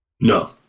No